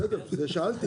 בסדר, בגלל זה שאלתי.